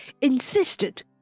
insisted